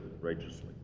righteously